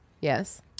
Yes